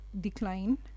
decline